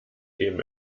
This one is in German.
eben